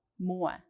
more